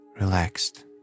relaxed